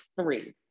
three